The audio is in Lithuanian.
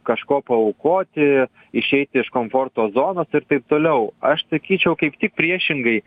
kažko paaukoti išeiti iš komforto zonos ir taip toliau aš sakyčiau kaip tik priešingai